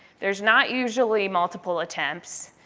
there's not usually multiple attempts.